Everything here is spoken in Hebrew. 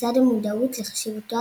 בצד המודעות לחשיבותו